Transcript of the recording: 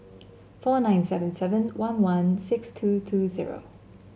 four nine seven seven one one six two two zero